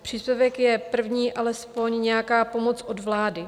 Příspěvek je první alespoň nějaká pomoc od vlády.